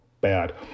bad